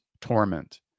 torment